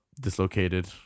dislocated